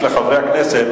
חברי חברי הכנסת,